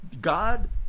God